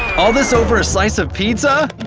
all this over a slice of pizza?